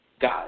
God